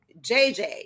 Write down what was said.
JJ